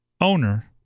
owner